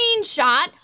screenshot